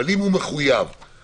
אבל אם הוא מחויב היום